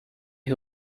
who